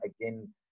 again